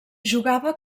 jugava